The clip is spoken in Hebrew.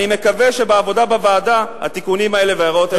אני מקווה שבעבודה בוועדה התיקונים האלה וההערות האלה יהיו.